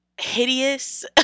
hideous